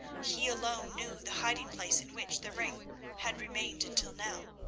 he alone knew the hiding-place in which the ring had remained until now.